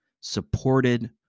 supported